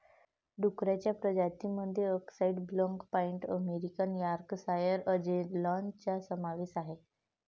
डुक्करांच्या प्रजातीं मध्ये अक्साई ब्लॅक पाईड अमेरिकन यॉर्कशायर अँजेलॉनचा समावेश आहे